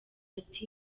ati